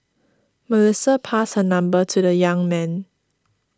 Melissa passed her number to the young man